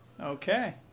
Okay